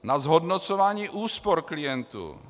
Na zhodnocování úspor klientů.